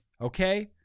Okay